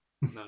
No